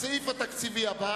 הסעיף הבא